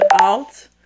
out